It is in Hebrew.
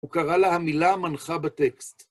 הוא קרא לה המילה המנחה בטקסט.